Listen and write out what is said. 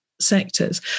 sectors